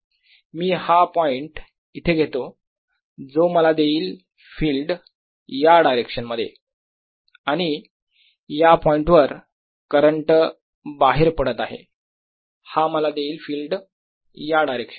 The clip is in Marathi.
मी हा पॉईंट येथे घेतो जो मला देईल फिल्ड या डायरेक्शन मध्ये आणि या पॉईंट वर करंट बाहेर पडत आहे हा मला देईल फिल्ड या डायरेक्शन मध्ये